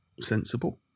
sensible